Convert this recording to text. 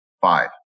five